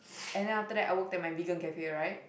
and then after that I worked at my vegan cafe right